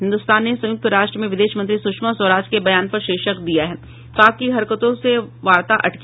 हिन्दुस्तान ने संयुक्त राष्ट्र में विदेश मंत्री सुषमा स्वराज के बयान पर शीर्षक दिया है पाक की हरकतों से वार्ता अटकी